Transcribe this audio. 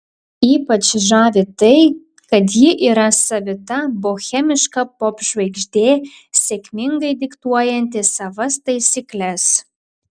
ypač žavi tai kad ji yra savita bohemiška popžvaigždė sėkmingai diktuojanti savas taisykles